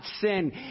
sin